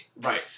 Right